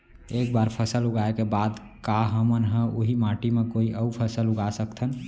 एक बार फसल उगाए के बाद का हमन ह, उही माटी मा कोई अऊ फसल उगा सकथन?